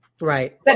Right